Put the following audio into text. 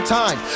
time